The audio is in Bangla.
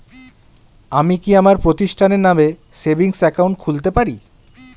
আমি কি আমার প্রতিষ্ঠানের নামে সেভিংস একাউন্ট খুলতে পারি?